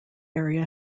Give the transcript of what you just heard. area